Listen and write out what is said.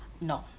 no